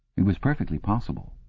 it was perfectly possible.